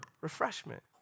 refreshment